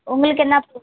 உங்களுக்கு என்ன பூ